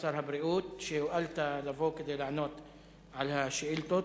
שר הבריאות, שהואלת לבוא כדי לענות על השאילתות.